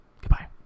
Goodbye